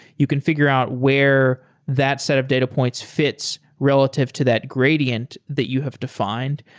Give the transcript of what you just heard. you can figure out where that set of data points fits relative to that gradient that you have defined.